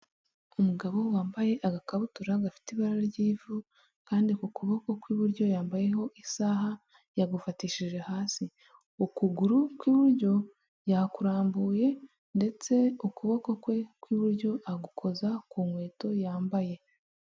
Umugabo wambaye agakabutura gafite ibara ry'ivu kandi ku kuboko kw'iburyo yambayeho isaha yagufatishije hasi, ukuguru kw'iburyo yakurambuye ndetse ukuboko kwe kw'iburyo agukoza ku nkweto yambaye.